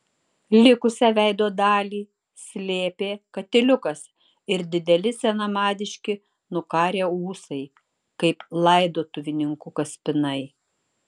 likusią veido dalį slėpė katiliukas ir dideli senamadiški nukarę ūsai kaip laidotuvininkų kaspinai